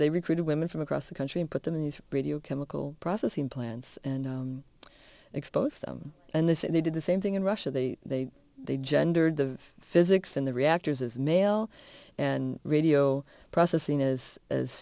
they recruited women from across the country and put them in these radio chemical processing plants and exposed them and this and they did the same thing in russia they they they gendered the physics in the reactors as male and radio processing is as